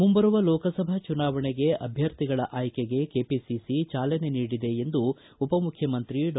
ಮುಂಬರುವ ಲೋಕಸಭಾ ಚುನಾವಣೆಗೆ ಅಭ್ಯರ್ಥಿಗಳ ಆಯ್ಗೆಗೆ ಕೆಪಿಸಿಸಿ ಚಾಲನೆ ನೀಡಿದೆ ಎಂದು ಉಪಮುಖ್ಯಮಂತ್ರಿ ಡಾ